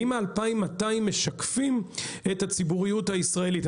אבל האם אותם 2,200 משקפים את הציבוריות הישראלית?